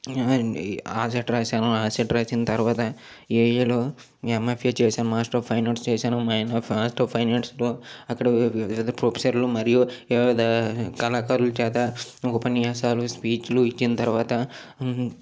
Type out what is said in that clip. ఇ AUCET రాశాను AUCET రాసిన తర్వాత ఎయులో యంఎఫ్ఏ చేశాను మాస్టర్ ఆఫ్ ఫైన్ ఆర్ట్స్ చేశాను మైన్ ఆఫ్ ఫైన్ఆర్ట్స్లో అక్కడ వివధ ప్రొఫెసర్లు మరియు వివిధ కళాకారుల చేత ఉపన్యాసాలు స్పీచ్లు ఇచ్చిన తర్వాత